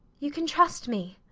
you can trust me.